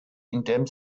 indem